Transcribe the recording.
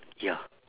ya